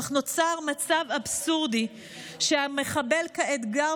כך נוצר מצב אבסורדי שהמחבל כעת גר